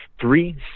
three